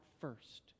first